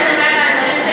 אדוני היושב-ראש,